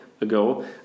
ago